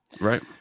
Right